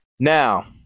Now